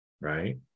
right